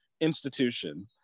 institution